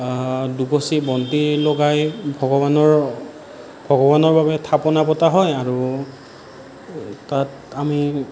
দুগচি বন্তি লগাই ভগৱানৰ ভগৱানৰ বাবে থাপনা পতা হয় আৰু তাত আমি